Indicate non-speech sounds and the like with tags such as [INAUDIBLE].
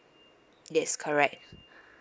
yes correct [BREATH]